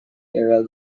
aerial